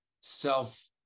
self